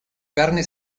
carne